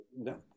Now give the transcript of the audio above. No